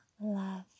love